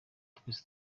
twese